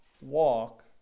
walk